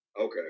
Okay